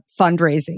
fundraising